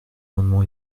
amendement